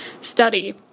study